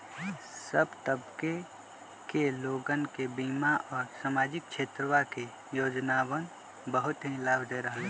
सब तबके के लोगन के बीमा और सामाजिक क्षेत्रवा के योजनावन बहुत ही लाभ दे रहले है